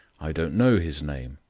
i don't know his name.